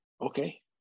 Okay